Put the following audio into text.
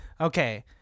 okay